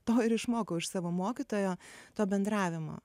to ir išmokau iš savo mokytojo to bendravimo